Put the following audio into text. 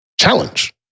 challenge